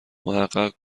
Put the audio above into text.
محقق